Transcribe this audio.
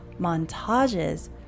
montages